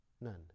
None